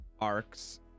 arcs